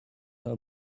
her